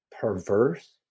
perverse